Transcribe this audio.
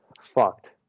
fucked